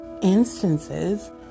instances